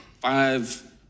five